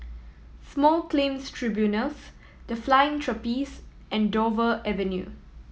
Small Claims Tribunals The Flying Trapeze and Dover Avenue